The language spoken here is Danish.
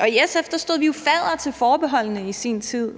I SF stod vi jo fadder til forbeholdene i sin tid,